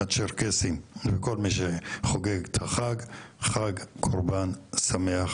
הצ'רקסית ולכל מי שחוגג חג קורבן שמח.